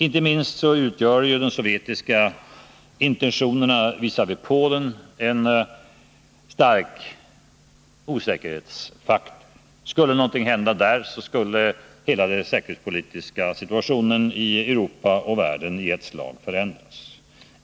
Inte minst utgör de sovjetiska intentionerna visavi Polen en stark osäkerhetsfaktor. Skulle någonting hända där, skulle hela den säkerhetspolitiska situationen i Europa och världen med ett slag förändras.